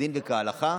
כדין וכהלכה.